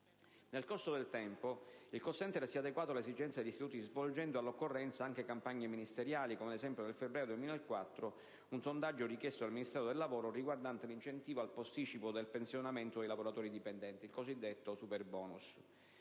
Nel corso del tempo il *call center* si è adeguato alle esigenze degli istituti, svolgendo all'occorrenza anche campagne ministeriali come ad esempio nel febbraio 2004 un sondaggio richiesto dal Ministero del lavoro riguardante l'incentivo al posticipo del pensionamento dei lavoratori dipendenti (cosiddetto superbonus).